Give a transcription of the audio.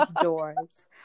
doors